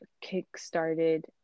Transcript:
kick-started